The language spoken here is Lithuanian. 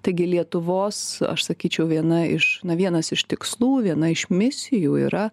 taigi lietuvos aš sakyčiau viena iš na vienas iš tikslų viena iš misijų yra